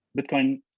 Bitcoin